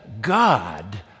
God